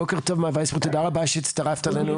בוקר טוב מר ויסברג, תודה רבה שהצטרפת אלינו.